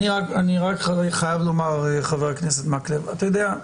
אני רק חייב לומר, חה"כ מקלב, אתה יודע,